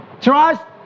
Trust